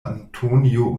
antonio